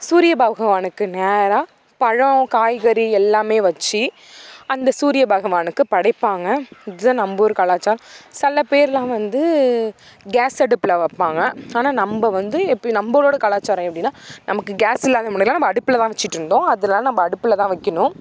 சூரிய பகவானுக்கு நேராக பழம் காய்கறி எல்லாமே வச்சு அந்த சூரிய பகவானுக்குப் படைப்பாங்க இதான் நம்பூர் கலாச்சாரம் சிலபேர் எல்லாம் வந்து கேஸ் அடுப்பில் வைப்பாங்க ஆனால் நம்ப வந்து எப்பயும் நம்பளோட கலாச்சாரம் எப்படினா நமக்கு கேஸ் இல்லாத முன்னெல்லாம் நம்ம அடுப்பிலாதான் வச்சிவிட்டு இருந்தோன்னு அதெலாம் நம்ப அடுப்பில்தான் வைக்கணும்